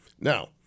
Now